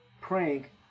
prank